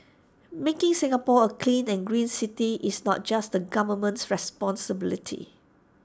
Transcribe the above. making Singapore A clean and green city is not just the government's responsibility